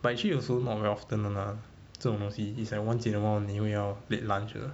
but actually also not very often 的 lah 这种东西 is at once in awhile only 会要 late lunch 的